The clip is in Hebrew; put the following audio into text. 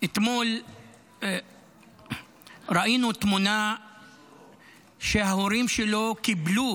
אתמול ראינו תמונה שההורים שלו קיבלו